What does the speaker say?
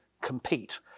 compete